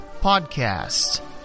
podcast